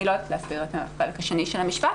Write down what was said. אני לא יודעת להסביר את החלק השני של המשפט.